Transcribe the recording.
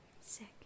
Sick